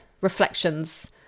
reflections